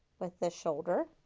with the shoulder